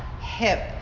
hip